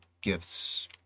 gifts